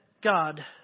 God